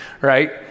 right